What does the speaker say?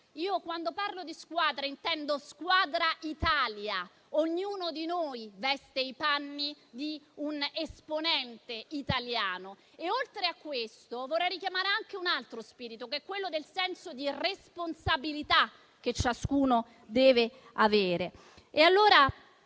Quando parlo di squadra intendo squadra Italia: ognuno di noi veste i panni di un esponente italiano. Oltre a questo, vorrei richiamare anche un altro spirito: quello del senso di responsabilità che ciascuno deve avere.